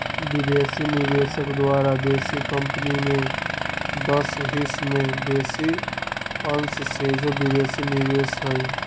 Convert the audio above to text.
विदेशी निवेशक द्वारा देशी कंपनी में दस हिस् से बेशी अंश सोझे विदेशी निवेश हइ